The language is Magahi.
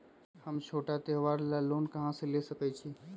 हम छोटा त्योहार ला लोन कहां से ले सकई छी?